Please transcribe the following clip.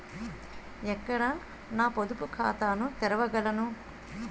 ఎక్కడ నా పొదుపు ఖాతాను తెరవగలను?